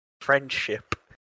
friendship